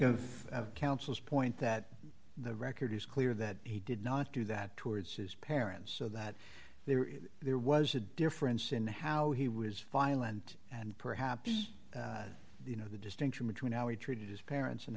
make of councils point that the record is clear that he did not do that towards his parents so that there was a difference in how he was violent and perhaps you know the distinction between how we treat his parents and